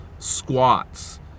Squats